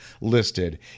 listed